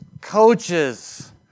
coaches